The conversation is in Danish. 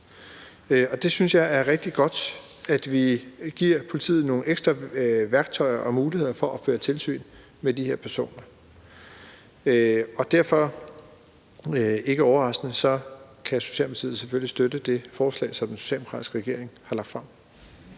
jeg synes, det er rigtig godt, at vi giver politiet nogle ekstra værktøjer og muligheder for at føre tilsyn med de her personer. Derfor kan Socialdemokratiet – ikke overraskende – selvfølgelig støtte det forslag, som en socialdemokratisk regering har lagt frem.